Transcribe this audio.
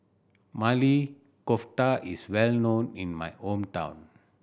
Maili Kofta is well known in my hometown